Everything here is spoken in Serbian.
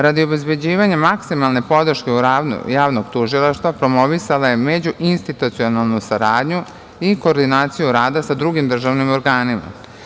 Radi obezbeđivanja maksimalne podrške Javnog tužilaštva, promovisala je međuinstitucionalnu saradnju i koordinaciju rada sa drugim državnim organima.